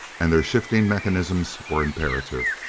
and their shifting mechanisms were imperative!